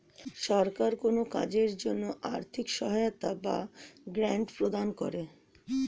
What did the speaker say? সরকার কোন কাজের জন্য আর্থিক সহায়তা বা গ্র্যান্ট প্রদান করে